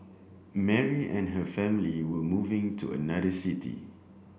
Mary and her family were moving to another city